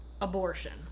abortion